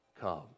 come